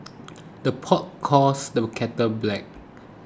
the pot calls the kettle black